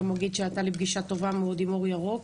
היתה לי גם פגישה טובה מאוד עם אור ירוק